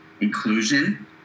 inclusion